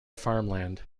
farmland